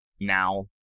now